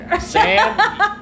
Sam